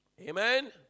Amen